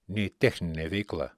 nei techninė veikla